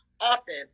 often